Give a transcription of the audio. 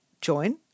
join